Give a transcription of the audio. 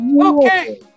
Okay